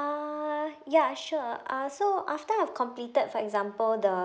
uh ya sure uh so after I've completed for example the